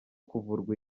kuvurwa